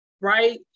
right